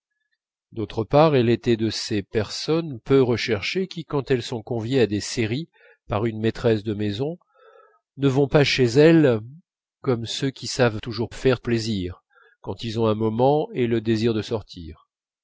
d'autre part elle était de ces personnes peu recherchées qui quand elles sont conviées à des séries par une maîtresse de maison ne vont pas chez elle comme ceux qui savent toujours faire plaisir quand ils ont un moment et le désir de sortir